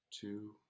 two